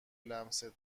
لمست